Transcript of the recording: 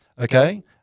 Okay